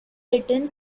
written